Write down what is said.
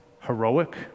Heroic